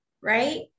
right